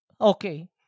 Okay